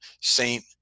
Saint